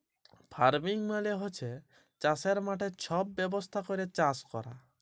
farming মালে হছে চাষের মাঠে ছব ব্যবস্থা ক্যইরে চাষ ক্যরা